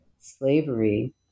slavery